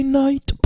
night